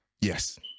Yes